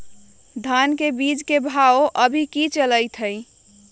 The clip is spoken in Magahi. धान के बीज के भाव अभी की चलतई हई?